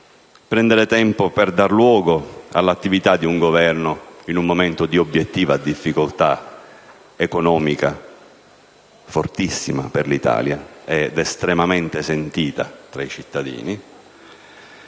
prendere tempo, per dare luogo all'attività di un Governo in un momento di obiettiva difficoltà economica, fortissima per l'Italia ed estremamente sentita tra i cittadini,